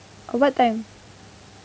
what time